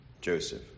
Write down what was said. Joseph